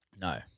No